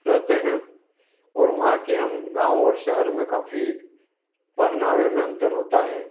रहते हैं और वहाँ कि हम गाँव और शहर में काफ़ी पहनावे में अंतर होता है